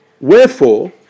Wherefore